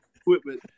equipment